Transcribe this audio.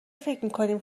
فکرمیکنیم